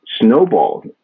snowballed